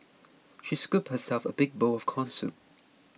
she scooped herself a big bowl of Corn Soup